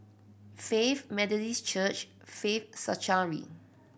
Faith Methodist Church Faith Sanctuary